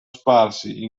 sparsi